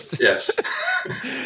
yes